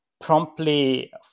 promptly